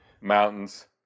Mountains